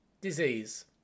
Disease